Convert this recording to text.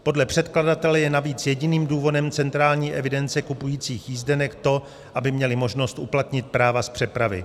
Podle předkladatele je navíc jediným důvodem centrální evidence kupujících jízdenek to, aby měli možnost uplatnit práva z přepravy.